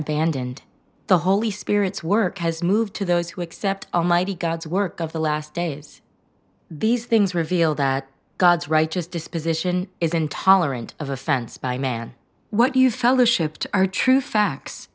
abandoned the holy spirit's work has moved to those who accept almighty god's work of the last days these things reveal that god's righteous disposition is intolerant of offense by man what you fellowshipped are true facts